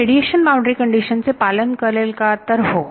हे radiation boundary condition चे पालन करेल का तर हो